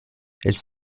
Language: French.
elles